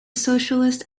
socialist